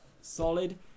solid